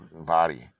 body